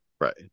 right